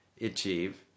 achieve